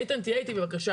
איתן תהיה איתי בבקשה.